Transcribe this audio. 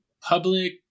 public